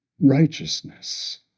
righteousness